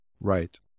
Right